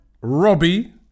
Robbie